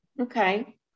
Okay